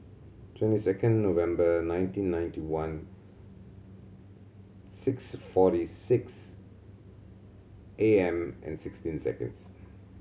twenty second November nineteen ninety one six forty six A M and sixteen seconds